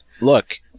look